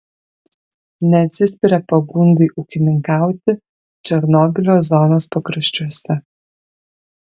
neatsispiria pagundai ūkininkauti černobylio zonos pakraščiuose